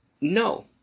No